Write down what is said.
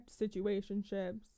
situationships